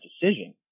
decision